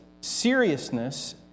seriousness